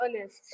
honest